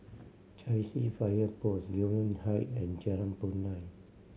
Chai Chee Fire Post Gillman Height and Jalan Punai